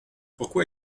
pourquoi